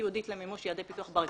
ייעודית למימוש יעדי פיתוח בר קיימא.